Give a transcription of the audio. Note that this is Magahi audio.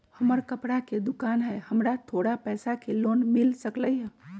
हमर कपड़ा के दुकान है हमरा थोड़ा पैसा के लोन मिल सकलई ह?